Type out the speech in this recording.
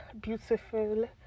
beautiful